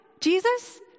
Jesus